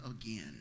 again